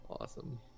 Awesome